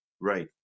Right